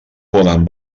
poden